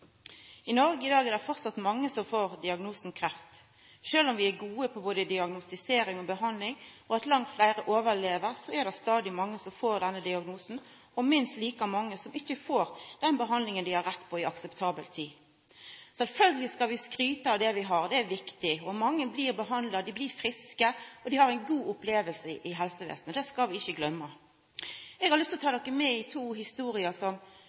I Noreg i dag er det framleis mange som får diagnosen kreft. Sjølv om vi er gode på både diagnostisering og behandling, og langt fleire overlever, er det stadig mange som får denne diagnosen, og minst like mange som ikkje får den behandlinga dei har rett på i akseptabel tid. Sjølvsagt skal vi skryta av det vi har – det er viktig. Mange blir behandla, dei blir friske, og dei har ei god oppleving av helsevesenet, og det skal vi ikkje gløyma. Eg har lyst til å fortelja to historier som eg har vore borti, og som eg synest er viktig å ta med i